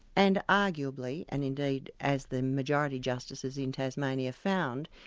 and arguably, and indeed as the majority justices in tasmania found,